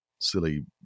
Silly